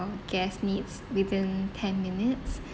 guests needs within ten minutes